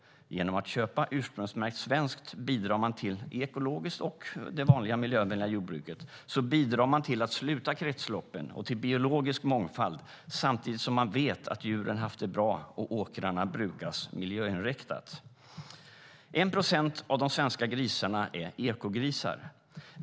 Genom att köpa ursprungsmärkt svenskt bidrar man till det ekologiska och det vanliga jordbruket, till att sluta kretsloppen och till biologisk mångfald samtidigt som man vet att djuren haft det bra och åkrarna brukats miljöinriktat. En procent av de svenska grisarna är ekogrisar.